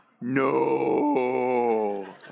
No